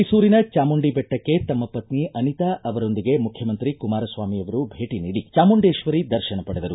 ಮೈಸೂರಿನ ಚಾಮುಂಡಿ ಬೆಟ್ಟಕ್ಕೆ ತಮ್ಮ ಪತ್ನಿ ಅನಿತಾ ಅವರೊಂದಿಗೆ ಮುಖ್ಯಮಂತ್ರಿ ಕುಮಾರಸ್ವಾಮಿ ಅವರು ಭೇಟ ನೀಡಿ ಚಾಮುಂಡೇಶ್ವರಿ ದರ್ಶನ ಪಡೆದರು